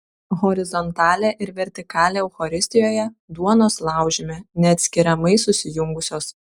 horizontalė ir vertikalė eucharistijoje duonos laužyme neatskiriamai susijungusios